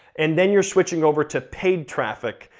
and then you're switching over to paid traffic,